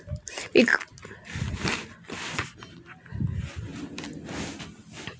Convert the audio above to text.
it